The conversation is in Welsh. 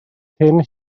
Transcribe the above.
cyn